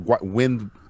wind